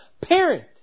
parent